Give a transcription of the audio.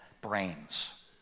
brains